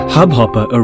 Hubhopper